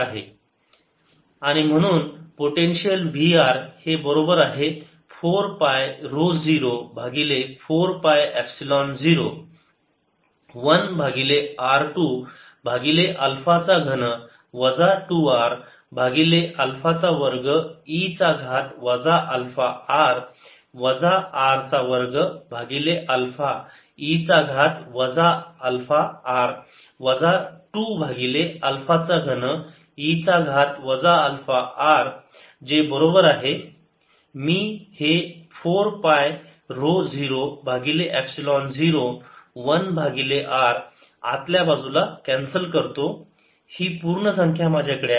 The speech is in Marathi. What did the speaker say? Vr14π0qr qr0R0e αr4πr2dr4π00rr2e αrdr 0rr2e αrdrd2d20re αrdrd2d21 e αr23 2r2e αr r2e αr 23e αr आणि म्हणून पोटेन्शियल v r हे बरोबर आहे 4 पाय ऱ्हो 0 भागिले 4 पाय एपसिलोन 0 1 भागिले r 2 भागिले अल्फा चा घन वजा 2 r भागिले अल्फा चा वर्ग e चा घात वजा अल्फा r वजा r चा वर्ग भागिले अल्फा e चा घात वजा अल्फा r वजा 2 भागिले अल्फा चा घन e घात वजा अल्फा r जे बरोबर आहे मी हे 4 पाय ऱ्हो 0 भागिले एपसिलोन 0 1 भागिले r आतल्या बाजूला कॅन्सल करतो ही पूर्ण संख्या माझ्याकडे आहे